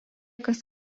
kas